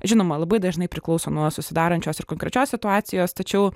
žinoma labai dažnai priklauso nuo susidarančios ir konkrečios situacijos tačiau